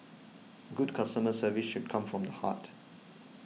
good customer service should come from the heart